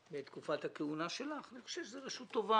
בתקופת הכהונה שלך אני חושב שזו רשות טובה,